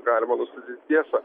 galima nustatyti tiesą